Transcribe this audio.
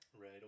Right